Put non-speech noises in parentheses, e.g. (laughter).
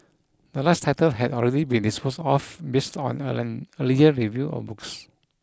the last title had already been disposed off based on an (unintelligible) earlier review of books